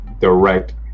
direct